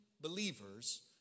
believers